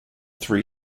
three